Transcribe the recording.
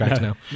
now